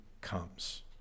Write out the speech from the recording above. comes